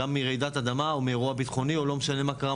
גם מרעידת אדמה או אירוע בטחוני או לא משנה מה קרה,